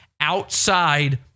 outside